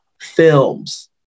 films